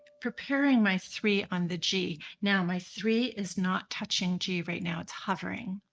preparing my three on the g. now my three is not touching g right now, it's hovering.